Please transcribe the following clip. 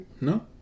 No